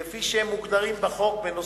כפי שהם מוגדרים בחוק.